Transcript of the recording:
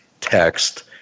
text